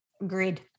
Agreed